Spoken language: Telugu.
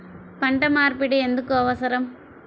పంట మార్పిడి ఎందుకు అవసరం?